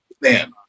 man